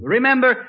Remember